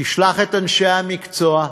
תשלח את אנשי המקצוע,